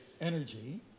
energy